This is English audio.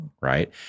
right